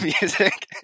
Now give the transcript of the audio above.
music